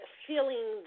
feeling